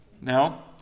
Now